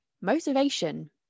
motivation